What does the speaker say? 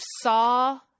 Saw